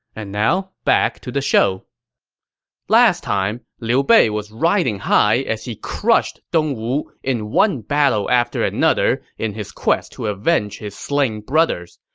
and now, back to the show last time, liu bei was riding high as he crushed dongwu in one battle after another in his quest to avenge his slain brothers.